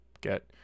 get